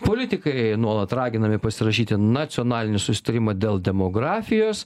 politikai nuolat raginami pasirašyti nacionalinį susitarimą dėl demografijos